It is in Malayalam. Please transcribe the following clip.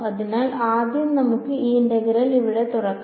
അതിനാൽ ആദ്യം നമുക്ക് ഈ ഇന്റഗ്രൽ ഇവിടെ തുറക്കാം